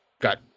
Got